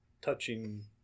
touching